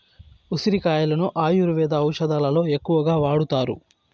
ఉసిరి కాయలను ఆయుర్వేద ఔషదాలలో ఎక్కువగా వాడతారు